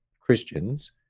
Christians